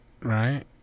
Right